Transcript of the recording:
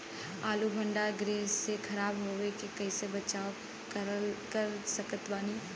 आलू भंडार गृह में खराब होवे से कइसे बचाव कर सकत बानी?